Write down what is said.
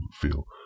feel